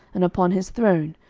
and upon his throne,